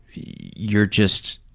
you're just,